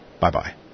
Bye-bye